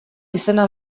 izena